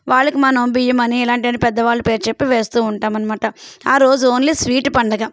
వాళ్ళకి మనం బియ్యం అని ఇలాంటివన్నీ పెద్దవాళ్ళు పేరు చెప్పి వేస్తూ ఉంటాము అన్నమాట ఆ రోజు ఓన్లీ స్వీట్ పండగ